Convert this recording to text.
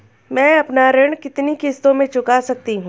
मैं अपना ऋण कितनी किश्तों में चुका सकती हूँ?